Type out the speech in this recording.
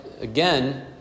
again